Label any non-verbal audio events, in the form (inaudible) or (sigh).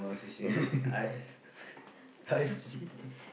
in I've (laughs) I've seen